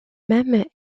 même